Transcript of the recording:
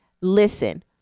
listen